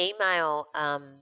email